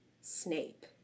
Snape